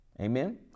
Amen